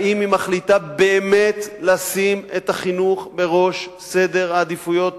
האם היא מחליטה באמת לשים את החינוך בראש סדר העדיפויות הלאומי?